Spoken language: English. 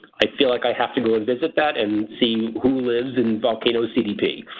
i feel like i have to go and visit that and see who lives in volcano cdp!